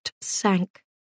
sank